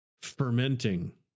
fermenting